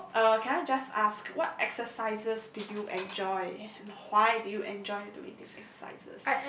so can I just ask what exercises do you enjoy and why do you enjoy doing these exercises